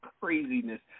craziness